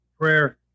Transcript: prayer